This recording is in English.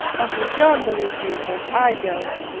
uncle john believes you, but i don't.